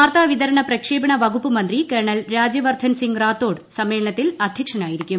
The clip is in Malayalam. വാർത്താ വിതരണ പ്രക്ഷേപണ വകുപ്പ് മന്ത്രി കേണൽ രാജ്യവർദ്ധൻ സിംഗ് റാത്തോഡ് സമ്മേളനത്തിൽ അധ്യക്ഷനായിരിക്കും